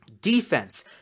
Defense